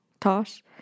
Tosh